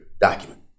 document